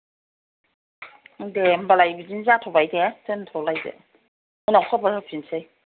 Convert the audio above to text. दे होमबालाय बिदिनो जाथ'बाय दे दोनथ'लायदो उनाव खबर होफिनसै